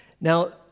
Now